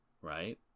right